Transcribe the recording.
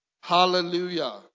Hallelujah